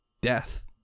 Death